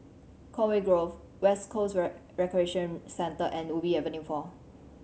Conway Grove West Coast Recreation Centre and Ubi Avenue Four